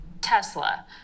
tesla